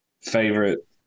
favorite